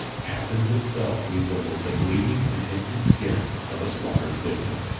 athens itself resembled the bleeding and empty skin of a slaughtered victim.